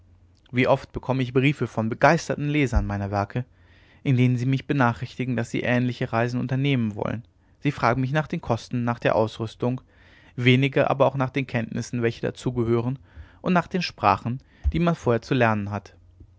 wie oft bekomme ich briefe von begeisterten lesern meiner werke in denen sie mich benachrichtigen daß sie ähnliche reisen unternehmen wollen sie fragen mich nach den kosten nach der ausrüstung wenige aber auch nach den kenntnissen welche dazu gehören und nach den sprachen die man vorher zu lernen hat